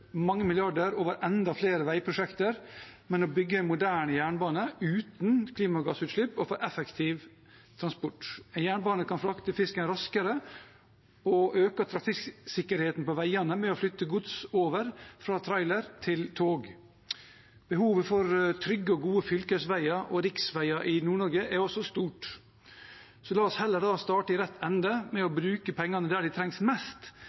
mange milliarder over enda flere veiprosjekter, men å bygge en moderne jernbane uten klimagassutslipp og få effektiv transport. En jernbane kan frakte fisken raskere og øke trafikksikkerheten på veiene ved å flytte gods over fra trailer til tog. Behovet for trygge og gode fylkesveier og riksveier i Nord-Norge er også stort, så la oss da heller starte i rett ende med å bruke pengene der de trengs mest,